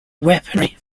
weaponry